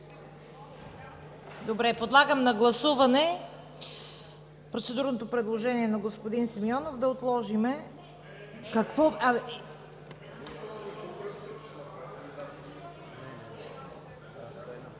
Добре, подлагам на гласуване процедурното предложение на господин Симеонов да отложим…